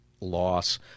loss